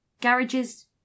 garages